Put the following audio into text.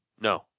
No